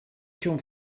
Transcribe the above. się